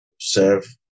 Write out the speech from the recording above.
serve